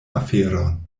aferon